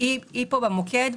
היא פה במוקד.